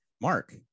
Mark